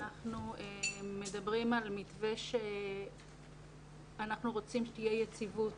אנחנו מדברים על מתווה שאנחנו רוצים שתהיה יציבות